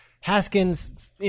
Haskins